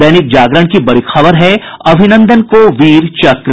दैनिक जागरण की बड़ी खबर है अभिनंदन को वीर चक्र